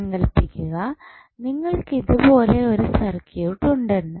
സങ്കൽപ്പിക്കുക നിങ്ങൾക്ക് ഇതുപോലെ ഒരു സർക്യൂട്ട് ഉണ്ടെന്ന്